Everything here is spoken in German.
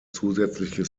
zusätzliche